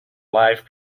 live